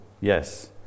Yes